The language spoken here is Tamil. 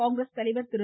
காங்கிரஸ் தலைவர் திரு